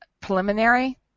preliminary